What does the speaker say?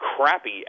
crappy